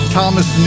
Thomas